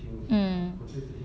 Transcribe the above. mm